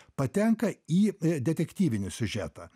patenka į detektyvinį siužetą